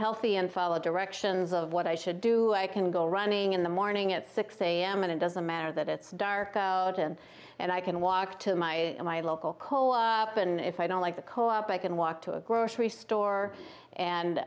healthy and follow directions of what i should do i can go running in the morning at six a m and it doesn't matter that it's dark out and and i can walk to my my local co op and if i don't like the co op i can walk to a grocery store and